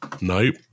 Nope